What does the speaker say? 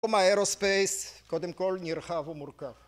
תחום האירוספייס קודם כל נרחב ומורכב